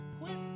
quit